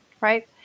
right